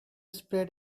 sprayed